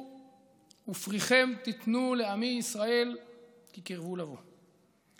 ופריכם תשאו לעמי ישראל כי קרבו לבוא'".